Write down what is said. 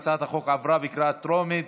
הצעת החוק עברה בקריאה טרומית